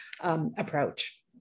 approach